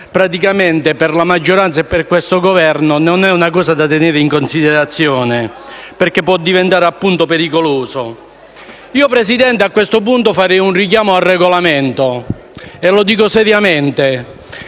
periodo, per la maggioranza e per questo Governo, non è una cosa da tenere in considerazione, perché può diventare pericolosa. Presidente, a questo punto farei un richiamo al Regolamento - lo dico seriamente